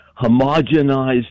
homogenized